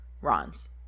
Ron's